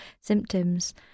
symptoms